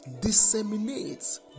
disseminates